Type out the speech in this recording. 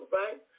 right